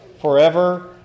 forever